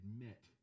admit